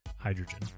hydrogen